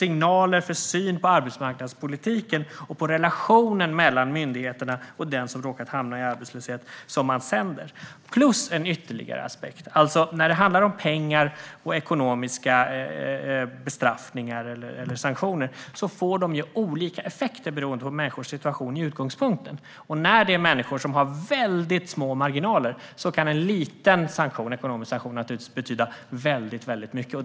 Vilken syn förmedlas på arbetsmarknadspolitiken och på relationen mellan myndigheterna och den som råkar hamna i arbetslöshet? Det finns ytterligare en aspekt. När det handlar om pengar och ekonomiska bestraffningar eller sanktioner får de olika effekter beroende på vilken situation människor har som utgångspunkt. För människor med väldigt små marginaler kan en liten ekonomisk sanktion betyda väldigt mycket.